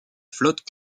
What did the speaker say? flotte